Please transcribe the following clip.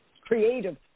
creative